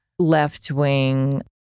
left-wing